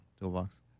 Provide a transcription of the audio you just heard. toolbox